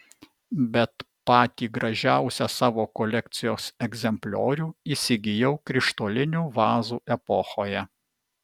bet patį gražiausią savo kolekcijos egzempliorių įsigijau krištolinių vazų epochoje